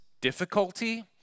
difficulty